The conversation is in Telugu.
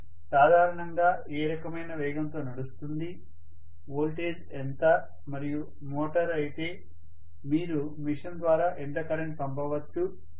ఇది సాధారణంగా ఏ రకమైన వేగంతో నడుస్తుంది వోల్టేజ్ ఎంత మరియు మోటారు అయితే మీరు మెషిన్ ద్వారా ఎంత కరెంట్ పంపవచ్చు